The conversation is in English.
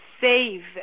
save